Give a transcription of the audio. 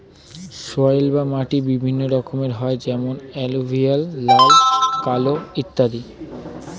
soil বা মাটি বিভিন্ন রকমের হয় যেমন এলুভিয়াল, লাল, কালো ইত্যাদি